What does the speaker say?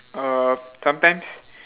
uh sometimes